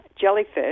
jellyfish